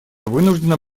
вынуждена